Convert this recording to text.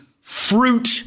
fruit